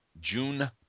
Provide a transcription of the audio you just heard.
June